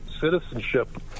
citizenship